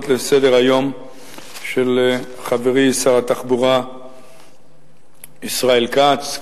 לסדר-היום של חברי שר התחבורה ישראל כץ,